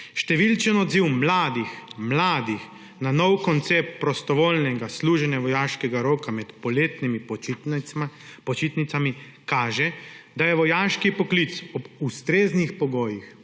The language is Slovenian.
Številen odziv mladih na nov koncept prostovoljnega služenja vojaškega roka med poletnimi počitnicami kaže, da je vojaški poklic ob ustreznih pogojih,